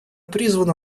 призвана